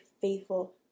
faithful